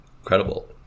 incredible